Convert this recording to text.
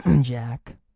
Jack